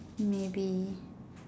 maybe